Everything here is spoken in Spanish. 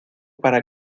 para